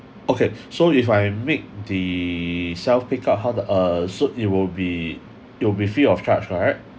okay so if I make the self pick up how the uh so it will be it will be free of charge right